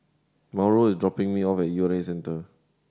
Mauro is dropping me off at U R A Centre